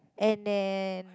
and then